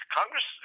Congress